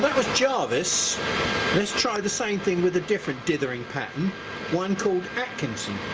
but was jarvis let's try the same thing with a different dithering pattern one called atkinson